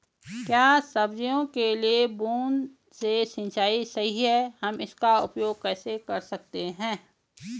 क्या सब्जियों के लिए बूँद से सिंचाई सही है हम इसका उपयोग कैसे कर सकते हैं?